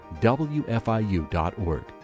WFIU.org